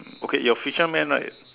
okay your fisherman right